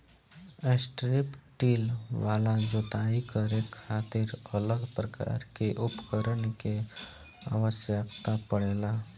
strip till वाला जोताई करे खातिर अलग प्रकार के उपकरण के आवस्यकता पड़ेला